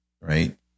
right